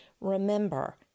remember